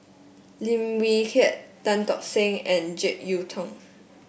Lim Wee Kiak Tan Tock Seng and JeK Yeun Thong